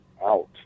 out